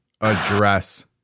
address